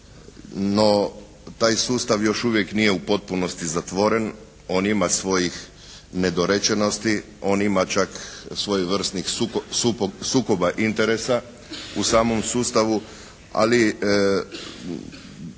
No, taj sustav još uvijek nije u potpunosti zatvoren, on ima svojih nedorečenosti, on ima čak svojevrsnih sukoba interesa u samom sustavu, ali